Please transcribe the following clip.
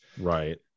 right